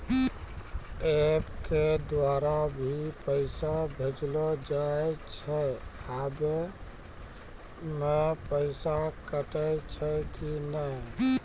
App के द्वारा भी पैसा भेजलो जाय छै आबै मे पैसा कटैय छै कि नैय?